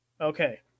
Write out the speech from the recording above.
Okay